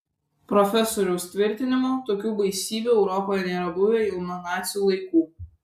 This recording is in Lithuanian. profesoriaus tvirtinimu tokių baisybių europoje nėra buvę jau nuo nacių laikų